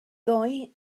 ddoe